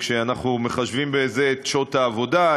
כשאנחנו מחשבים בזה את שעות העבודה,